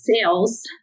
sales